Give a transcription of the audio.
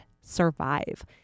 survive